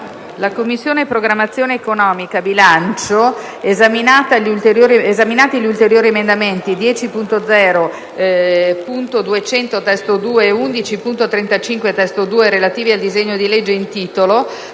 «La Commissione programmazione economica, bilancio, esaminati gli ulteriori emendamenti 10.0.200 (testo 2) e 11.35 (testo 2), relativi al disegno di legge in titolo,